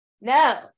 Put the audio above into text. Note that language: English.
No